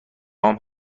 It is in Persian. هام